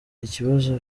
ikibazo